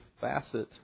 facet